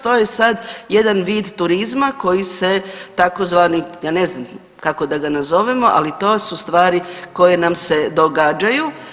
To je sada jedan vid turizma koji se tzv. ja ne znam kako da ga nazovemo ali to su stvari koje nam se događaju.